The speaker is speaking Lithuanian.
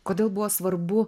kodėl buvo svarbu